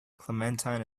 clementine